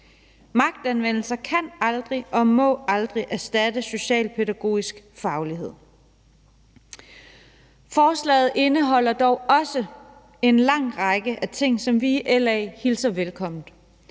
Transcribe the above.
Magtanvendelser kan aldrig og må aldrig erstatte socialpædagogisk faglighed. Forslaget indeholder dog også en lang række af ting, som vi i LA hilser velkommen.